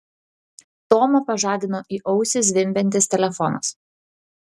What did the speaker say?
tomą pažadino į ausį zvimbiantis telefonas